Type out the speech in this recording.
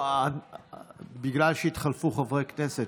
בגלל שהתחלפו חברי כנסת